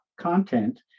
content